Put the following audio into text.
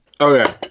Okay